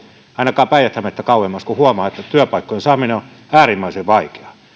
ainakaan päijät hämettä kauemmas kun huomaa että työpaikkojen saaminen on äärimmäisen vaikeaa